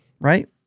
right